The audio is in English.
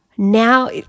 Now